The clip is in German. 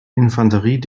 infanterie